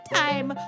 time